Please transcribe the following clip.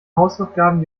hausaufgaben